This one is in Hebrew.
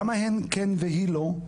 למה הן כן והיא לא?